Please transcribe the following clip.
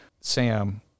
Sam